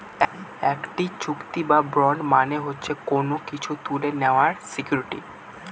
একটি চুক্তি বা বন্ড মানে হচ্ছে কোনো কিছু তুলে নেওয়ার সিকুইরিটি